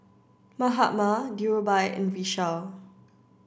Mahatma Dhirubhai and Vishal